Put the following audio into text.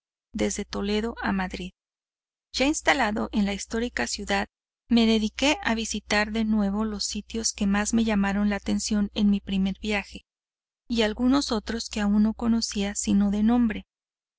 desde toledo a madrid ya instalado en la histórica ciudad me dediqué a visitar de nuevo los sitios que más me llamaron la atención en mi primer viaje y algunos otros que aún no conocía sino de nombre